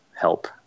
help